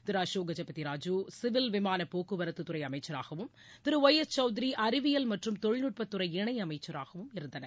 திரு Ashok Gajapathi Raju civil விமான போக்குவரத்து துறை அமைச்சராகவும் திரு ஒய் எஸ் சவுத்ரி அறிவியல் மற்றும் தொழில்நுட்பத்துறை இணையமைச்சராகவும் இருந்தனர்